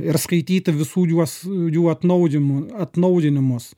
ir skaityti visų juos jų atnaujimu atnaujinimus